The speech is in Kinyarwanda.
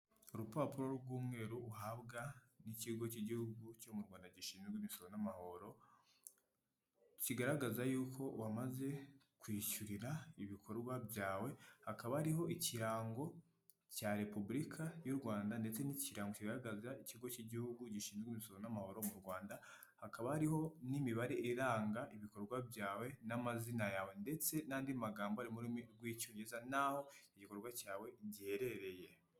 Urupapuro rw'umweru uhabwa n'ikigo cy'igihugu cyo mu Rwanda gishinzwe imishoro n'amahoro kigaragaza yuko wamaze kwishyurira ibikorwa byawe akaba ariho ikirango cya repubulika y'u Rwanda ndetse n'ikirango kigaragaza ikigo cy'igihugu gishinzwe imisoro n'amahoro mu Rwanda hakaba hariho n'imibare iranga ibikorwa byawe n'amazina yawe ndetse n'andi magambo ari mu rurimi rw'icyoyungerezayiza nahoaho igikorwa cyawe giherereye.